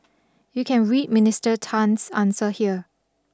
you can read Minister Tan's answer here